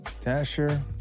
Dasher